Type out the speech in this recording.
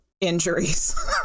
injuries